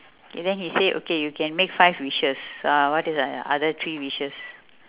then he said okay you can make five wishes uh what are the other three wishes